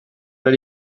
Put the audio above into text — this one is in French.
pas